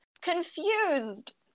Confused